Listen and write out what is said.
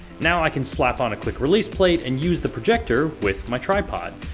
now i can slap on a quick release plate, and use the projector with my tripod.